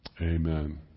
Amen